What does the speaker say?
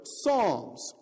Psalms